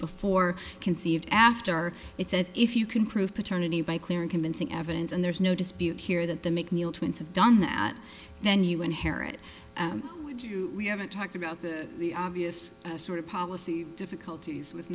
before conceived after it says if you can prove paternity by clear and convincing evidence and there's no dispute here that the mcneil twins have done that then you inherit we do we haven't talked about that the obvious sort of policy difficulties with